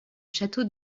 château